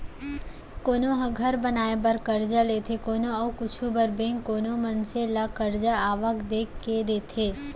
कोनो ह घर बनाए बर करजा लेथे कोनो अउ कुछु बर बेंक कोनो मनसे ल करजा आवक देख के देथे